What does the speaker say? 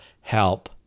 help